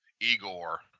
Igor